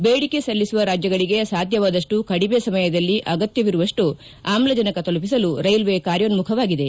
ಬೇಡಿಕೆ ಸಲ್ಲಿಸುವ ರಾಜ್ಯಗಳಿಗೆ ಸಾಧ್ಯವಾದಷ್ಟು ಕಡಿಮೆ ಸಮಯದಲ್ಲಿ ಅಗತ್ಯವಿರುವಷ್ಟು ಆಮ್ಲಜನಕ ತಲುಪಿಸಲು ರೈಲ್ವೆ ಕಾರ್ಯೋನ್ಮಖವಾಗಿದೆ